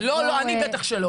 לא, אני בטח שלא.